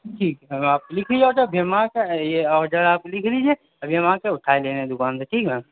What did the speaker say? ٹھیک اگر آپ لکھ لیا ہے تو یہ آڈر آپ لکھ لیجیے ابھی ہم آ کے اٹھا ہی لے رہے ہیں دکان سے ٹھیک ہے نا